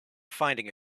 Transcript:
finding